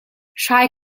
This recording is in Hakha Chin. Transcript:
hrai